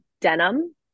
Denim